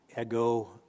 ego